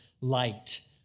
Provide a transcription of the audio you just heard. light